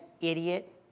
idiot